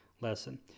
lesson